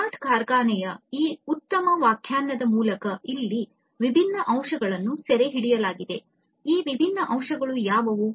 smart ಕಾರ್ಖಾನೆಯ ಈ ಉತ್ತಮ ವ್ಯಾಖ್ಯಾನದ ಮೂಲಕ ಇಲ್ಲಿ ವಿಭಿನ್ನ ಅಂಶಗಳನ್ನು ಸೆರೆಹಿಡಿಯಲಾಗಿದೆ ಈ ವಿಭಿನ್ನ ಅಂಶಗಳು ಯಾವುವು